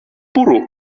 bwrw